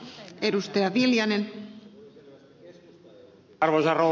arvoisa rouva puhemies